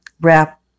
wrap